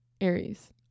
Aries